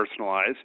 personalize